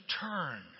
turn